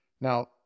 Now